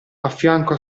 affianco